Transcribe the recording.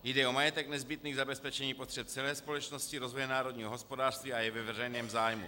Jde o majetek nezbytný k zabezpečení potřeb celé společnosti, rozvoje národního hospodářství a je ve veřejném zájmu,